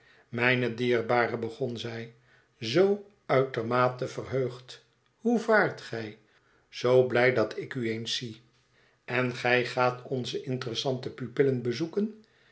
mijne dierbare begon zij zoo uitermate verheugd hoe vaart gij zoo blij dat ik u eens zie en gij gaat onze interessante pupillen bezoeken